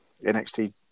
NXT